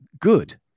good